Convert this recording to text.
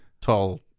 tall